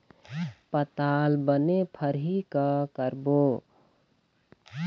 पताल बने फरही का करबो?